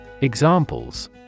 Examples